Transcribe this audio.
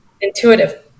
intuitive